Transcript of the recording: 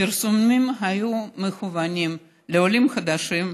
הפרסומים היו מכוונים לעולים חדשים,